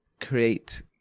create